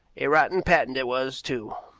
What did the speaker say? a rotten patent it was, too.